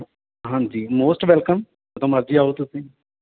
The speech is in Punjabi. ਹਾਂਜੀ ਮੋਸਟ ਵੈਲਕਮ ਜਦੋਂ ਮਰਜੀ ਆਓ ਤੁਸੀਂ